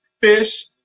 fish